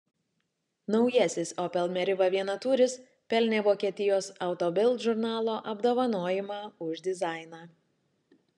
naujasis opel meriva vienatūris pelnė vokietijos auto bild žurnalo apdovanojimą už dizainą